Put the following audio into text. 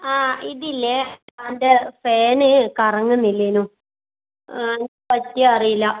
ആ ഇതില്ലേ എൻ്റെ ഫാന് കറങ്ങുന്നില്ലേനു എന്ത് പറ്റീയോ അറീല്ല